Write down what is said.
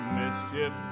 mischief